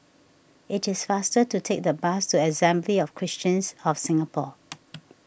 it is faster to take the bus to Assembly of Christians of Singapore